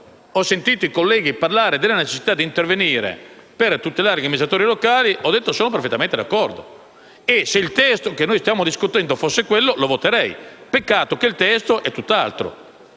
ho sentito i colleghi parlare della necessità di intervenire per tutelare gli amministratori locali, ho detto che ero perfettamente d'accordo. Se il testo che stiamo discutendo fosse quello, lo voterei: peccato che il testo sia tutt'altro.